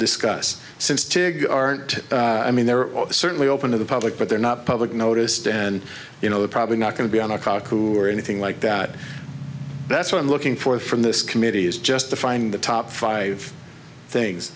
discuss since to go aren't i mean they're all the certainly open to the public but they're public noticed and you know they're probably not going to be on a kaku or anything like that that's what i'm looking for from this committee is just to find the top five things